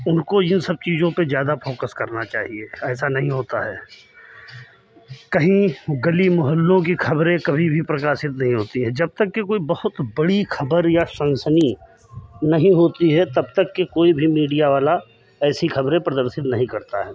उनको ये सब चीज़ों पे ज़्यादा फोकस करना चाहिए ऐसा नहीं होता है कहीं गली मोहल्लों की खबरें कभी भी प्रकार सिद्ध नहीं होती है जब तक कि कोई बहुत बड़ी खबर या सनसनी नहीं होती है तब तक के कोई भी मीडिया वाला ऐसी खबरें प्रदर्शित नहीं करता है